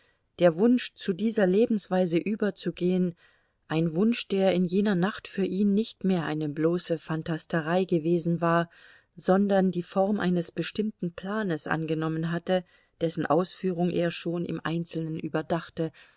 der wunsch zu dieser lebensweise überzugehen ein wunsch der in jener nacht für ihn nicht mehr eine bloße phantasterei gewesen war sondern die form eines bestimmten planes angenommen hatte dessen ausführung er schon im einzelnen überdachte